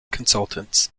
consultants